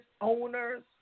owners